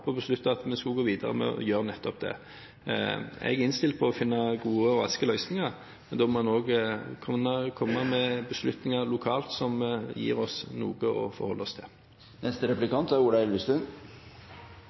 på å beslutte at vi skulle gå videre med å gjøre nettopp det. Jeg er innstilt på å finne gode og raske løsninger. Da må en også kunne komme med beslutninger lokalt som gir oss noe å forholde oss til.